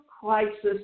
crisis